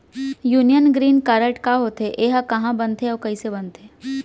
Union green card का होथे, एहा कहाँ बनथे अऊ कइसे बनथे?